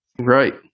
Right